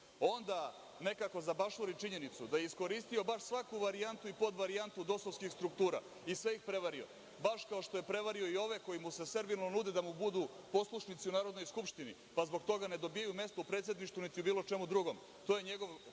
nekako zabašuri činjenici da je iskoristio baš svaku varijantu i podvarijantu DOS-ovskih struktura i sve ih prevario. Baš kao što je prevario i ove koji mu se srvinalno nude da mu budu poslušnici u Narodnoj skupštini, pa zbog toga ne dobijaju mesto u predsedništvu, niti u bilo čemu drugom, to je njegov